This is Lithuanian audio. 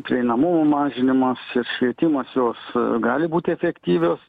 prieinamumo mažinimas ir švietimas jos gali būti efektyvios